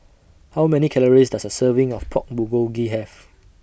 How Many Calories Does A Serving of Pork Bulgogi Have